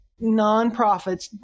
nonprofits